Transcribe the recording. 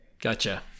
Gotcha